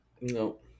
No